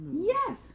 Yes